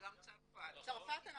גם צרפת.